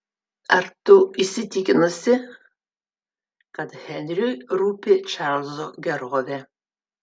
ar tu įsitikinusi kad henriui rūpi čarlzo gerovė